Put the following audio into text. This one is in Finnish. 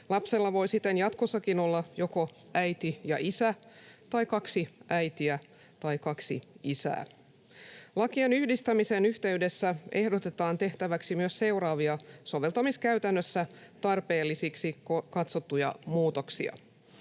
Lapsella voi siten jatkossakin olla joko äiti ja isä tai kaksi äitiä tai kaksi isää. Lakien yhdistämisen yhteydessä ehdotetaan tehtäväksi myös seuraavia soveltamiskäytännössä tarpeellisiksi katsottuja muutoksia: